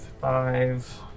Five